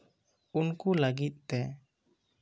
ᱩᱱᱠᱩ ᱞᱟ ᱜᱤᱫ ᱛᱮ